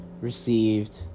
received